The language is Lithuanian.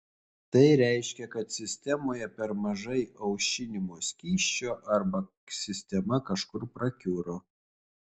tai reiškia kad sistemoje per mažai aušinimo skysčio arba sistema kažkur prakiuro